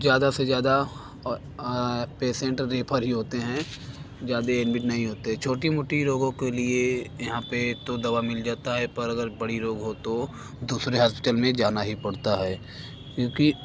ज़्यादा से ज़्यादा और पेसेन्ट रेफर ही होते हैं ज्यादे एडमिट नहीं होते छोटे मोटे रोगों के लिए यहाँ पर तो दवा मिल जाती है पर अगर बड़ा रोग हो तो दूसरे हस्पिटल में जाना ही पड़ता है क्योंकि